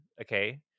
okay